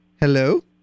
Hello